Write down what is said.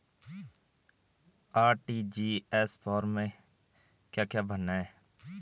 RTGS form में क्या क्या भरना है?